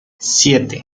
siete